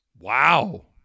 Wow